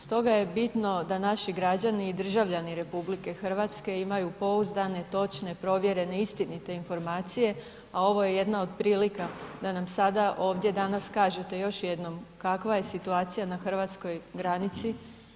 Stoga je bitno da naši građani i državljani RH imaju pouzdane, točne, provjerene i istinite informacije, a ovo je jedna od prilika da nam sada ovdje danas kažete još jednom, kakva je situacija na hrvatskoj granici?